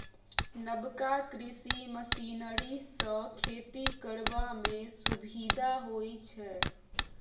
नबका कृषि मशीनरी सँ खेती करबा मे सुभिता होइ छै